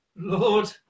Lord